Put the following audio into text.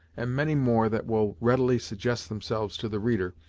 and many more that will readily suggest themselves to the reader,